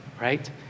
right